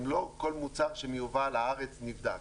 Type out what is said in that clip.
לא כל מוצר שמיובא לארץ נבדק.